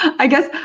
i guess,